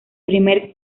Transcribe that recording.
primer